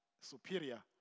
superior